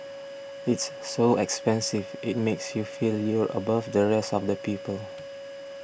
it's so expensive it makes you feel you're above the rest of the people